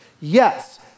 Yes